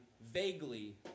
vaguely